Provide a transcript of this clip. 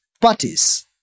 parties